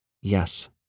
Yes